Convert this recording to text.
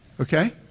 Okay